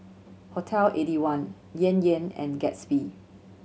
Hotel Eighty one Yan Yan and Gatsby